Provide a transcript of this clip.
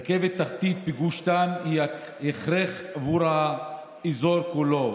רכבת תחתית בגוש דן היא הכרח בעבור האזור כולו,